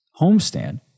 homestand